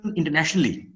internationally